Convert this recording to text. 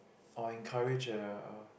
or encourage uh uh